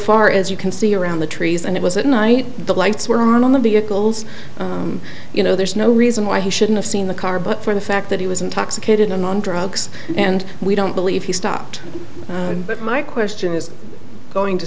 far as you can see around the trees and it was at night the lights were on on the vehicles you know there's no reason why he shouldn't have seen the car but for the fact that he was intoxicated and on drugs and we don't believe he stopped but my question is going to